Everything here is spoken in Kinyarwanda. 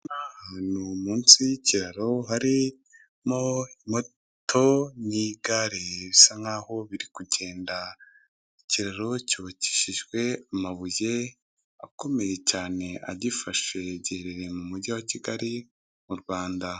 Aha ni munsi y' ikiraro harimo moto n' igare bisa nkaho biri kugenda. Ikiraro cyubakishijwe amabuye akomeye cyane agifashe. Giherereye mu mujyi wa Kigali mu Rwanda.